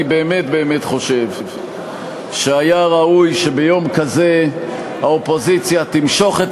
אני באמת באמת חושב שהיה ראוי שביום כזה האופוזיציה תמשוך את